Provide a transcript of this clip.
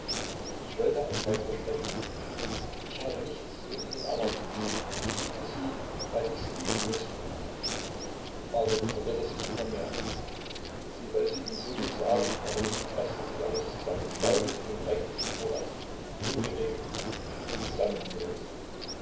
ich wollte auch keine versprechungen ich habe nichts von ihnen erwartet ich liebte sie weil ich sie lieben mußte marit verwirrte sich immer mehr sie wollte ihm so viel sagen aber nun preßte sich alles zusammen staute sich und drängte sich vorwärts ungeregelt zusammenhanglos